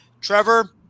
Trevor